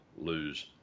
lose